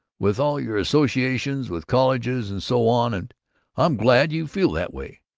with all your associations with colleges and so on, and i'm glad you feel that way.